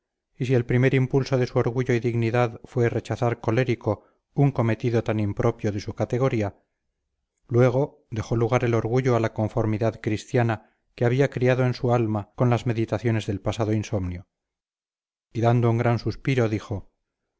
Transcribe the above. y si el primer impulso de su orgullo y dignidad fue rechazar colérico un cometido tan impropio de su categoría luego dejó lugar el orgullo a la conformidad cristiana que había criado en su alma con las meditaciones del pasado insomnio y dando un gran suspiro dijo